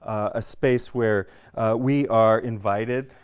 a space where we are invited,